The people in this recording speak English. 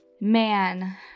man